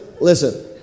listen